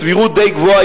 בסבירות די גבוהה,